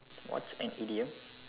what's an idiom